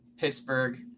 Pittsburgh